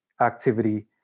activity